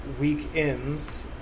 weekends